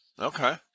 Okay